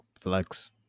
Flex